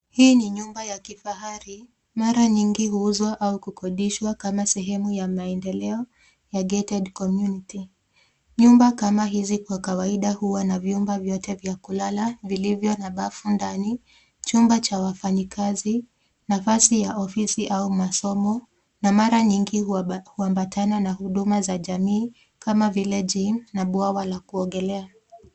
Hii ni nyumba ya kifahari. Mara nyingi huuzwa au kukodishwa kama sehemu ya maendeleo ya gated community .Nyumba kama hizi kwa kawaida huwa na vyumba vyote vya kulala vilivyo na bafu ndani, chumba cha wafanyikazi, nafasi ya ofisi au masomo, na mara nyingi huambatana na huduma za jamii kama vile gym ,na bwawa la kuogelea.